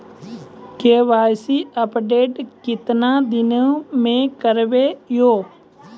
KYC update केतना दिन मे करेबे यो?